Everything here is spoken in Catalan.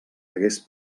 hagués